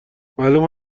معلوم